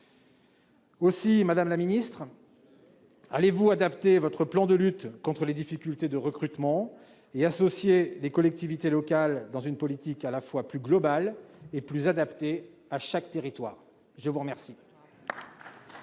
Aussi, madame la ministre, allez-vous adapter votre plan de lutte contre les difficultés de recrutement et associer les collectivités locales à une politique à la fois plus globale et plus adaptée à chaque territoire ? La parole